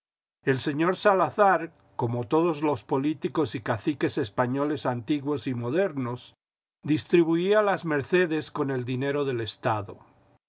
el señor salazar como todos los políticos y caciques españoles antiguos y modernos distribuía las mercedes con el dinero del estado